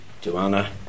Joanna